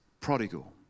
prodigal